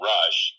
Rush